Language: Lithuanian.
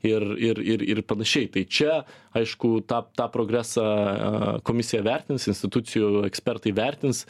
ir ir ir ir panašiai tai čia aišku tą tą progresą komisija vertins institucijų ekspertai vertins